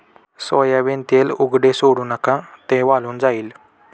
soybean तेल उघडे सोडू नका, ते वाळून जाईल